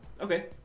Okay